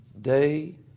day